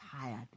tired